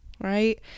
right